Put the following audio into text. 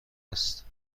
است